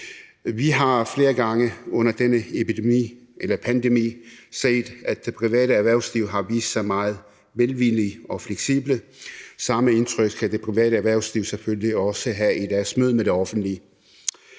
Vi har flere gange under denne pandemi set, at det private erhvervsliv har vist sig meget velvillige og fleksible. Samme indtryk skal det private erhvervsliv selvfølgelig også have i deres møde med det offentlige.